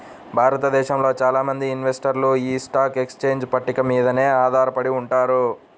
భారతదేశంలో చాలా మంది ఇన్వెస్టర్లు యీ స్టాక్ ఎక్స్చేంజ్ పట్టిక మీదనే ఆధారపడి ఉంటారు